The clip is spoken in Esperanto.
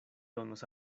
donos